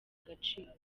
agaciro